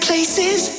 Places